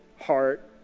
heart